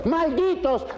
Malditos